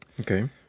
Okay